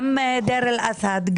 גם דיר אל-אסד,